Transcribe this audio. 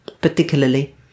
particularly